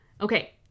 Okay